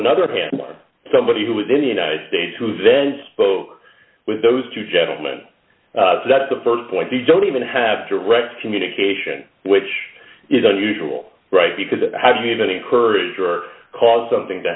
another handler somebody who was in the united states who then spoke with those two gentleman that's the st point they don't even have direct communication which is unusual right because how do you even encourage or cause something to